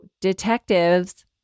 detectives